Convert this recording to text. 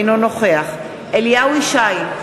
אינו נוכח אליהו ישי,